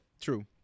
True